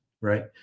right